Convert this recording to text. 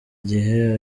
gihe